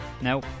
No